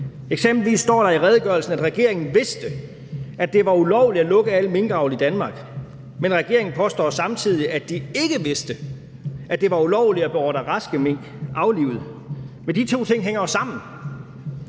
Eksempelvis står der i redegørelsen, at regeringen vidste, at det var ulovligt at lukke al minkavl i Danmark, men regeringen påstår samtidig, at den ikke vidste, at det var ulovligt at beordre raske mink aflivet. Men de to ting hænger jo sammen.